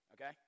okay